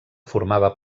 formava